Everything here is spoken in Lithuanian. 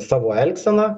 savo elgseną